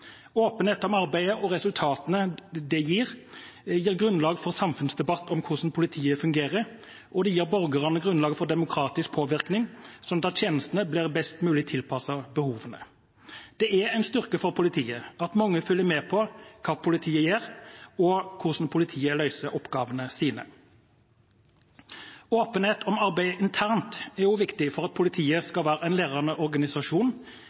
Åpenhet om arbeidet og resultatene det gir, gir grunnlag for samfunnsdebatt om hvordan politiet fungerer, og det gir borgerne grunnlag for demokratisk påvirkning, sånn at tjenestene blir best mulig tilpasset behovene. Det er en styrke for politiet at mange følger med på hva politiet gjør, og hvordan politiet løser oppgavene sine. Åpenhet om arbeidet internt er også viktig for at politiet skal være en lærende organisasjon,